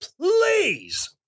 please